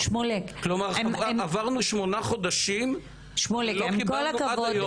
כלומר עברנו שמונה חודשים ולא קיבלנו עד היום.